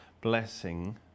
blessing